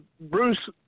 Bruce